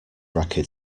racket